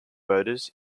voters